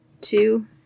two